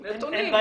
נתונים.